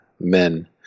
men